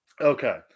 Okay